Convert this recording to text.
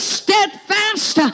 steadfast